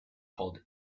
called